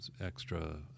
extra